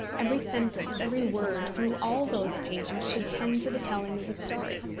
every sentence, every word, through all those pages, should tend to the telling of the story.